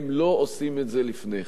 הם לא עושים את זה לפני כן.